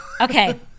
Okay